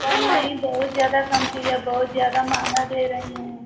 कम नहीं बहुत ज़्यादा कम कीजिए आप बहुत ज़्यादा महंगा दे रही हैं